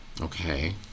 Okay